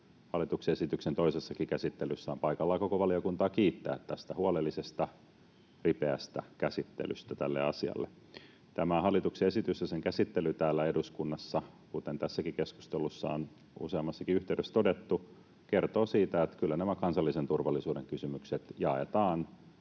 hallituksen esityksen toisessakin käsittelyssä on paikallaan koko valiokuntaa kiittää tästä huolellisesta, ripeästä käsittelystä tässä asiassa. Tämä hallituksen esitys ja sen käsittely täällä eduskunnassa, kuten tässäkin keskustelussa on useammassakin yhteydessä todettu, kertoo siitä, että kyllä nämä kansallisen turvallisuuden kysymykset jaetaan